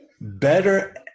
Better